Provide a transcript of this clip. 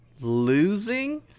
losing